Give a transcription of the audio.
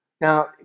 Now